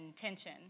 tension